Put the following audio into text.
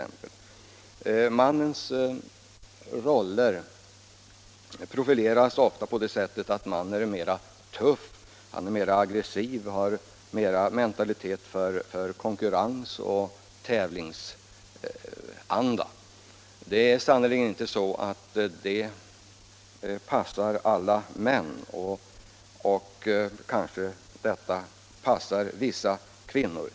Mannens roll profileras ofta på det sättet att han är mera tuff och aggressiv, att han har mera av konkurrensmentalitet och tävlingsanda. Den karakteristiken passar sannerligen inte alla män.